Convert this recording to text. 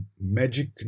magic